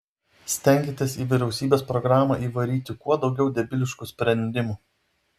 stenkitės į vyriausybės programą įvaryti kuo daugiau debiliškų sprendimų